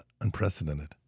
unprecedented